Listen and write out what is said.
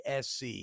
sc